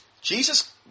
Jesus